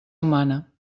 humana